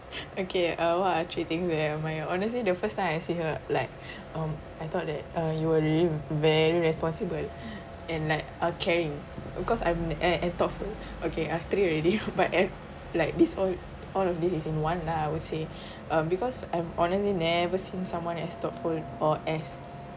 okay uh what are three things that I admire honestly the first time I see her like um I thought that uh you were really very responsible and like uh caring because I'm eh eh thoughtful okay I have three already but at like this all all of this is in one lah I would say um because I'm honestly never seen someone as thoughtful or as